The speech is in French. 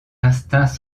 instincts